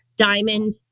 Diamond